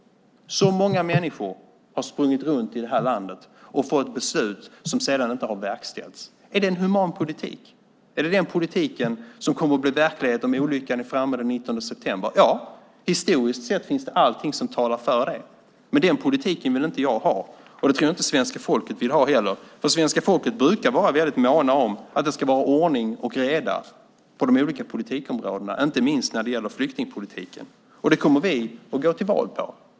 Så många människor har sprungit runt i det här landet och fått beslut som sedan inte har verkställts. Är det en human politik? Är det den politiken som kommer att bli verklighet om olyckan är framme den 19 september? Ja, historiskt sett talar allt för det. Den politiken vill inte jag ha. Den tror jag inte svenska folket vill ha heller. Svenska folket brukar måna om att det ska vara ordning och reda på de olika politikområdena, inte minst när det gäller flyktingpolitiken. Det kommer vi att gå till val på.